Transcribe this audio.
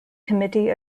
committee